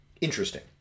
interesting